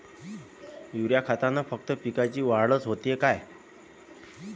Urea खतानं फक्त पिकाची वाढच होते का?